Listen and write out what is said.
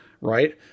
right